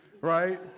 right